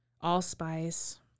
allspice